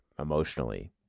emotionally